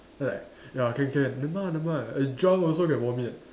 then I like ya can can never mind ah never mind ah drunk also can vomit